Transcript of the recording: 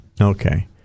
Okay